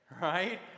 Right